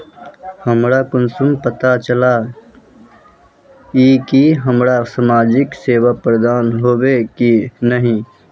हमरा कुंसम पता चला इ की हमरा समाजिक सेवा प्रदान होबे की नहीं?